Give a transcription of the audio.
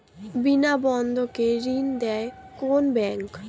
বিনা বন্ধকে ঋণ দেয় কোন ব্যাংক?